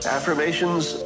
Affirmations